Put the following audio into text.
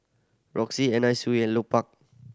Roxy Anna Sui and Lupark